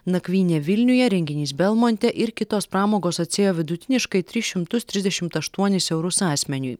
nakvynė vilniuje renginys belmonte ir kitos pramogos atsiėjo vidutiniškai tris šimtus trisdešimt aštuonis eurus asmeniui